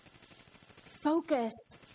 Focus